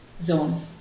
zone